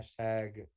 hashtag